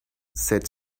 said